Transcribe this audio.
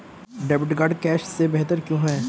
Debit card cash से बेहतर क्यों है?